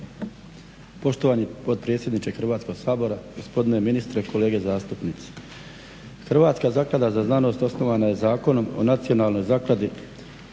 Poštovani potpredsjedniče Hrvatskog sabora, gospodine ministre, kolege zastupnici. Hrvatska zaklada za znanost osnovana je Zakonom o Nacionalnoj zakladi